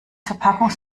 verpackungs